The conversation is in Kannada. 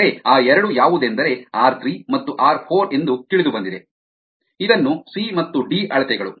ಅಂದರೆ ಆ ಎರಡು ಯಾವುದೆಂದರೆ ಆರ್ 3 ಮತ್ತು ಆರ್ 4 ಎಂದು ತಿಳಿದುಬಂದಿದೆ ಇದನ್ನು ಸಿ ಮತ್ತು ಡಿ ಅಳತೆಗಳು